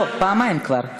לא, פעמיים כבר.